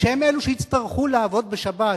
שהם אלו שיצטרכו לעבוד בשבת.